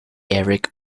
eric